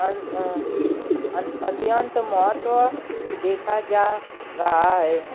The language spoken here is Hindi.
अन अ अथी अतियन्त महोत देखा जाय रहा है है